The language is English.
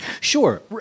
Sure